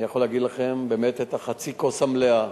אני יכול להגיד לכם, באמת, את חצי הכוס המלאה.